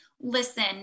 listen